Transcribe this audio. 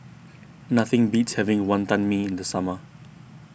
nothing beats having Wonton Mee in the summer